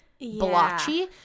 blotchy